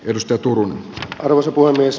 edustettuna ruusu voi myös